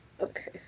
Okay